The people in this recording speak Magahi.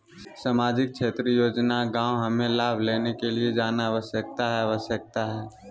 सामाजिक क्षेत्र योजना गांव हमें लाभ लेने के लिए जाना आवश्यकता है आवश्यकता है?